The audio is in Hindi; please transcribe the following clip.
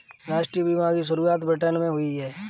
राष्ट्रीय बीमा की शुरुआत ब्रिटैन से हुई